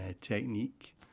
technique